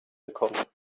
bekommt